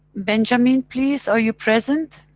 benjamin please. are you present?